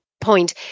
point